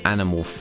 Animal